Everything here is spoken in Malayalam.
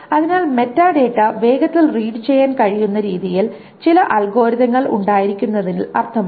അതിനാൽ മെറ്റാഡാറ്റ വേഗത്തിൽ റീഡ് ചെയ്യാൻ കഴിയുന്ന ചില അൽഗോരിതങ്ങൾ ഉണ്ടായിരിക്കുന്നതിൽ അർത്ഥമുണ്ട്